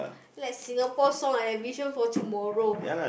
like Singapore song like vision for tomorrow